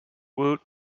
woot